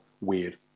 Weird